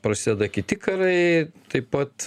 prasideda kiti karai taip pat